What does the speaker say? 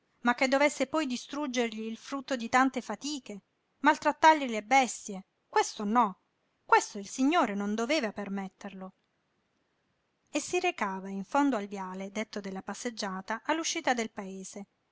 ma che dovesse poi distruggergli il frutto di tante fatiche maltrattargli le bestie questo no questo il signore non doveva permetterlo e si recava in fondo al viale detto della passeggiata all'uscita del paese